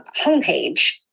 homepage